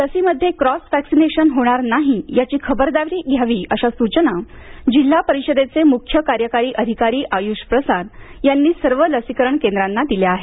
लसीमध्ये cross vaccination होणार नाही याची खबरदारी घ्यावी अशा सूचना जिल्हा परिषदेचे मुख्य कार्यकारी अधिकारी आयूष प्रसाद यांनी सर्व लसीकरण केंद्रांना दिल्या आहेत